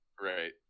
Right